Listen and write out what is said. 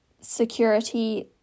security